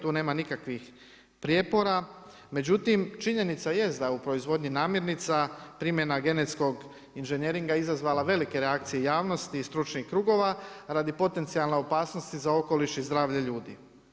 Tu nema nikakvih prijepora, međutim, činjenica jest da u proizvodnji namjernica, primjena genetskog inženjeringa je izazvala velike reakcije javnosti i stručnih krugova, radi potencijalne opasnosti za okoliš i zdravlje ljudi.